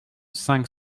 cinq